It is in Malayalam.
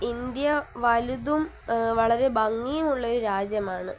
ഇന്ത്യ വലുതും വളരെ ഭംഗിയുമുള്ളൊരു രാജ്യമാണ്